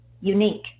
unique